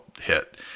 hit